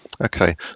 okay